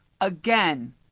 Again